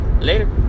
Later